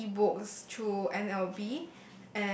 uh e-books through n_l_b